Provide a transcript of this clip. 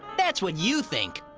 that's what you think.